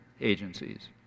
agencies